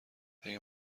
اگه